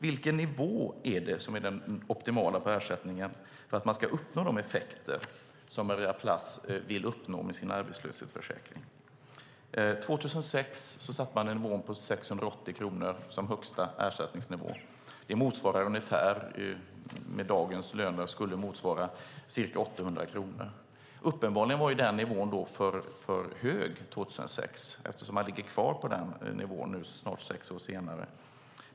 Vilken nivå på ersättningen är den optimala för att man ska uppnå de effekter som Maria Plass vill uppnå med sin arbetslöshetsförsäkring? År 2006 satte man 680 kronor som högsta ersättningsnivå. Det skulle med dagens löner motsvara ca 800 kronor. Uppenbarligen var den nivån för hög 2006 eftersom man ligger kvar på den nivån snart sex år senare.